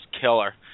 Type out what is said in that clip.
killer